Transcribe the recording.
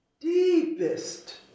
deepest